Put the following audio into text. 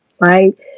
right